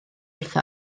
wrtho